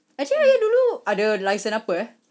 actually ayah dulu ada license apa eh